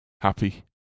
Happy